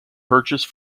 purchased